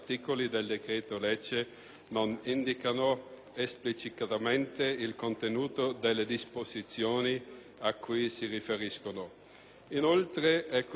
non indicano esplicitamente il contenuto delle disposizioni a cui si riferiscono.